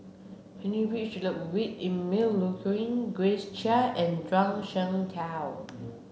Heinrich Ludwig Emil Luering Grace Chia and Zhuang Shengtao